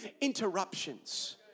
interruptions